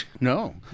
no